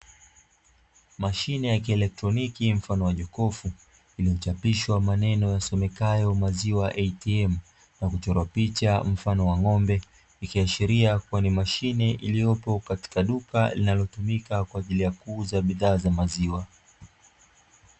Mashine ya kielektroniki mfano wa jokofu ilichochapishwa maneno yasomekayo "maziwa ATM" na kuchora picha mfano wa ng'ombe ikiashiria kwani mashine iliyopo katika duka linalotumika kwa ajili ya kuuza bidhaa za maziwa.